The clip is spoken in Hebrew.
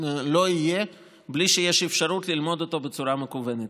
לא יהיה בלי שיש אפשרות ללמוד אותו בצורה מקוונת.